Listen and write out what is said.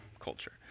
culture